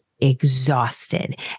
exhausted